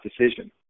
decision